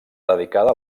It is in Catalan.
dedicada